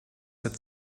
that